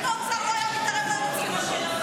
אם האוצר לא היה מתערב, לא היינו צריכים אותו.